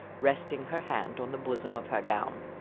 resting her hand on the bosom of her gown.